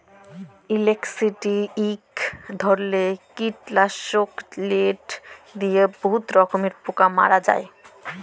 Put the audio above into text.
insecticide ইক ধরলের কিটলাসক যেট লিয়ে বহুত রকমের পোকা মারা হ্যয়